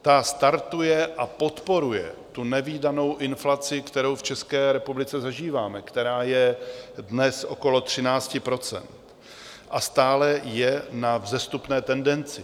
Ta startuje a podporuje nevídanou inflaci, kterou v České republice zažíváme, která je dnes okolo 13 % a stále je na vzestupné tendenci.